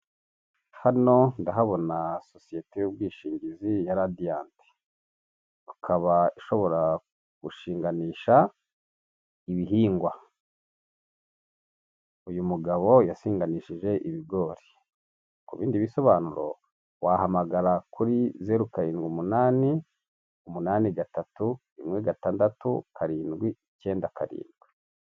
Hano ndahabona sosiyete y'ubwishingizi ya radiyanti. Ukaba ushobora gushingani ibihingwa. Uyu mugabo yasiganishije ibigori. Ku bindi bisobanuro wahamagara kuri zeru karindwi umunani, umunani gatatu, rimwe gatandatu, karindwi ikenda karindwi.